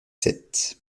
sept